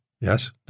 Yes